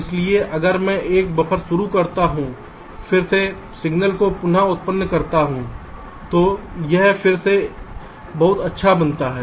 इसलिए अगर मैं एक बफर शुरू करता हूं फिर से सिग्नल को पुन उत्पन्न करता है तो यह फिर से बहुत अच्छा बनाता है